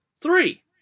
three